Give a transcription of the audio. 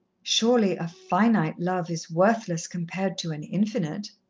surely a finite love is worthless compared to an infinite,